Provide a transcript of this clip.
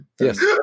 Yes